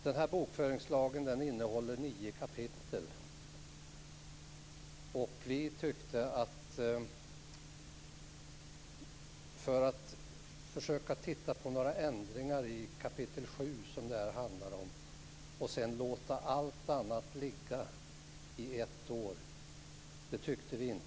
Den nya bokföringslagen innehåller nio kapitel, och vi tyckte inte att det var rimligt att låta hela ärendet ligga ett år för att titta på några ändringar i kap. 7, som det här handlar om.